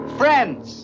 friends